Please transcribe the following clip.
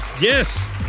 Yes